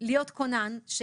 להיות כונן.